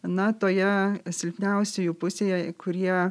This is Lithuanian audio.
na toje silpniausiųjų pusėje kurie